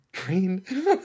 green